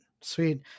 sweet